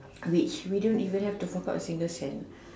which we don't even have to fork out a single cent